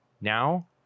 Now